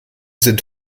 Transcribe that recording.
sind